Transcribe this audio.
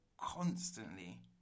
constantly